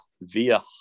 via